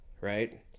right